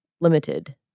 Limited